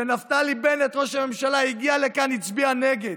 שנפתלי בנט, ראש הממשלה, הגיע לכאן והצביע נגד,